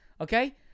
Okay